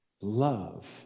love